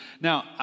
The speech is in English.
Now